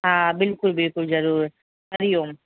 हा बिल्कुलु बिल्कुलु ज़रूरु हरिओम